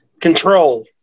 control